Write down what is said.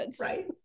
right